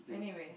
anyway